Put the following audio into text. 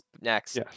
next